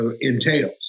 entails